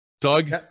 Doug